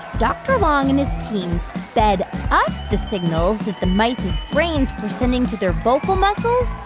dr. long and his team sped up the signals that the mice's brains were sending to their vocal muscles.